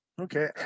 Okay